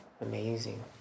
amazing